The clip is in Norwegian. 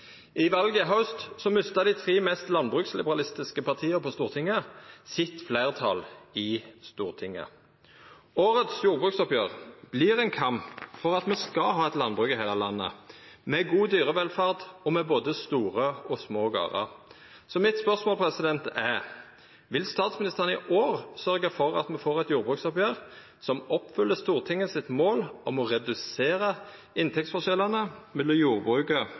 I valet i haust mista dei tre mest landbruksliberalistiske partia på Stortinget fleirtalet sitt i Stortinget. Årets jordbruksoppgjer vert ein kamp for at me skal ha eit landbruk i heile landet med god dyrevelferd og med både store og små gardar. Så mitt spørsmål er: Vil statsministeren i år sørgja for at me får eit jordbruksoppgjer som oppfyller Stortinget sitt mål om å redusera inntektsforskjellane mellom jordbruket